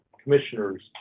commissioners